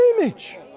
image